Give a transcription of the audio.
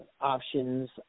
options